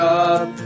up